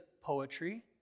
poetry